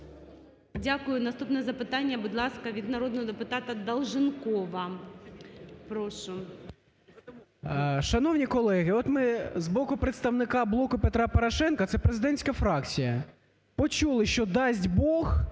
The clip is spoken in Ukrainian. Дякую. Наступне запитання, будь ласка, від народного депутата Долженкова. Прошу. 12:51:45 ДОЛЖЕНКОВ О.В. Шановні колеги, от ми з боку представника "Блоку Петра Порошенка" – це президентська фракція – почули, що дасть Бог,